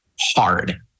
hard